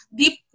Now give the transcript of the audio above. deep